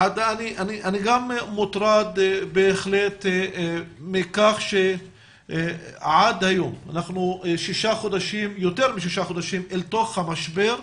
אני גם בהחלט מוטרד מכך שעד היום אנחנו יותר משישה חודשים במשבר,